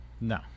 No